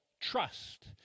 trust